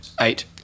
Eight